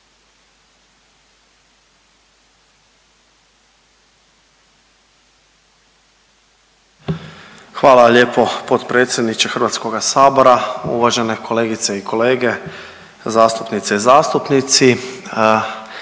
Hvala lijepo potpredsjedniče HS, uvažene kolegice i kolege, zastupnice i zastupnici.